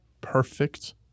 perfect